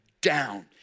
down